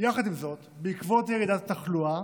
יחד עם זאת, בעקבות ירידת התחלואה